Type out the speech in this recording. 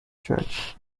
church